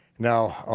now,